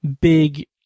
big